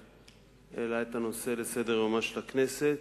שהעלה את הנושא על סדר-יומה של הכנסת.